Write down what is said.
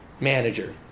manager